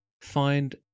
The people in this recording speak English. find